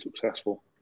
successful